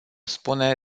spune